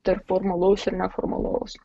tarp formalaus ir neformalaus